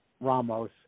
Ramos